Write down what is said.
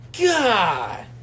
God